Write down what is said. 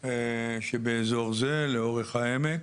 שבאזור זה לאורך העמק.